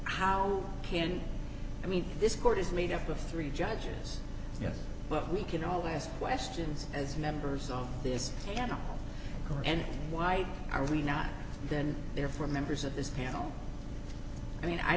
how can i mean this court is made up of three judges yes but we can all ask questions as members on this panel and why are we not then therefore members of this panel i mean i